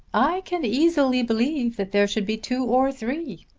i can easily believe that there should be two or three.